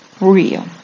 real